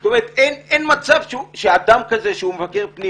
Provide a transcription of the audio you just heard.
זאת אומרת, אין מצב שאדם כזה שהוא מבקר פנים